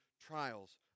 trials